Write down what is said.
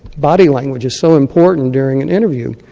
body language is so important during an interview.